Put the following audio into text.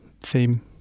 theme